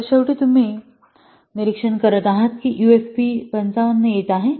तर शेवटी तुम्ही निरीक्षण करत आहात की यूएफपी 55 येत आहे